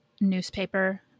newspaper